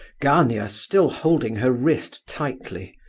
gania still holding her wrist tightly.